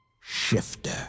Shifter